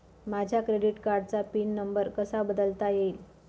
माझ्या क्रेडिट कार्डचा PIN number कसा बदलता येईल?